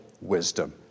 wisdom